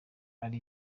ari